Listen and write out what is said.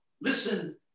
listen